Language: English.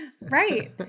Right